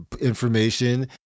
information